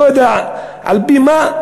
לא יודע על-פי מה,